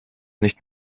nicht